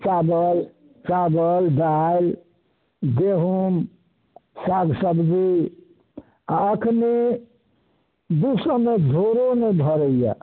चावल चावल दालि गेहुम साग सब्जी आओर अखनी दू सएमे झोड़ो नहि भरैए